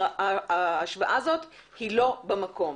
ההשוואה הזאת היא לא במקום.